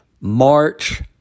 march